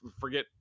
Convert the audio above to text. forget